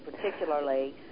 particularly